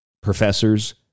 professors